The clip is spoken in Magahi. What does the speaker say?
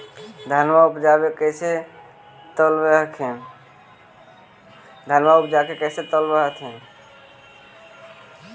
धनमा उपजाके कैसे तौलब हखिन?